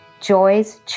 Joy's